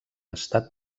estat